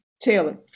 Taylor